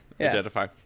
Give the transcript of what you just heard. identify